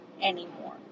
anymore